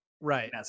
right